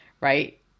right